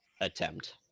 attempt